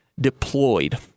deployed